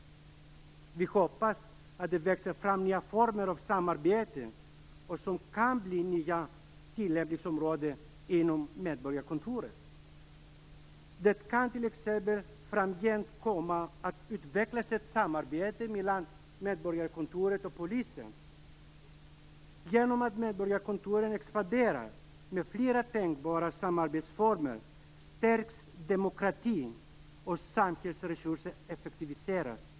Vi hoppas att det växer fram nya former av samarbete som kan bli nya tillämpningsområden inom medborgarkontoren. Det kan t.ex. framgent komma att utvecklas ett samarbete mellan medborgarkontoren och polisen. Genom att medborgarkontoren expanderar med flera tänkbara samarbetsformer, stärks demokratin, och samhällets resurser effektiviseras.